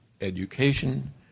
education